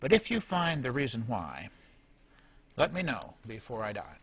but if you find the reason why let me know before i